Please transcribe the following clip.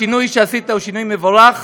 השינוי שעשית הוא שינוי מבורך,